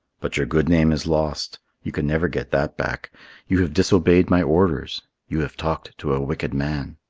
but your good name is lost you can never get that back you have disobeyed my orders you have talked to a wicked man.